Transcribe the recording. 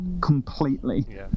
completely